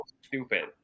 Stupid